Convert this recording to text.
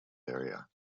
area